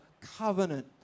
covenant